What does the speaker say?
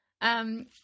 Um-